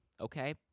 okay